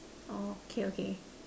orh okay okay